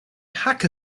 hacker